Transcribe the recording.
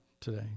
today